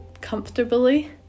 comfortably